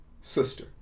sister